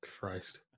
Christ